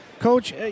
Coach